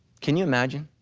can you imagine,